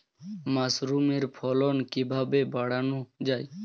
মাসরুমের ফলন কিভাবে বাড়ানো যায়?